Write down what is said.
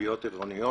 בכלביות עירונית.